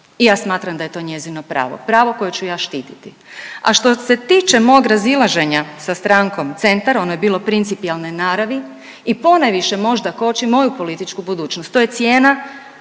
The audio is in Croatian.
i ja smatram da je to njezino pravo, pravo koje ću ja štititi. A što se tiče mog razilaženja sa strankom Centar, ono je bilo principijelne naravi i ponajviše možda koči moju političku budućnost. To je cijena